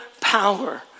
power